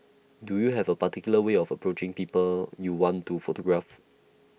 do you have A particular way of approaching people you want to photograph